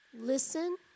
Listen